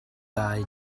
dau